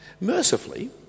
Mercifully